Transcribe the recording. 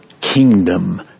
kingdom